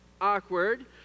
awkward